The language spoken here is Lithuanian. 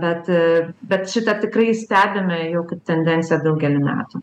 bet bet šita tikrai stebime jau kaip tendenciją daugelį metų